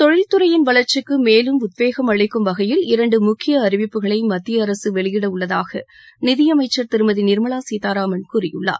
தொழில்துறையின் வளர்க்சிக்கு மேலும் உத்வேகம் அளிக்கும் வகையில் இரண்டு முக்கிய அறிவிப்புகளை மத்திய உள்ளதாக நிதியமைச்சர் திருமதி நிர்மலா சீதாராமன் கூறியுள்ளார்